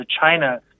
China